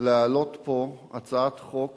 להעלות פה הצעת חוק